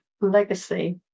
legacy